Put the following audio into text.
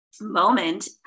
moment